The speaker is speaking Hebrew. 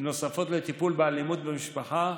נוספות לטיפול באלימות במשפחה,